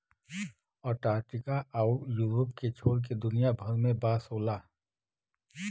Antarctica आउर Europe के छोड़ के दुनिया भर में बांस होला